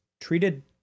treated